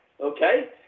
okay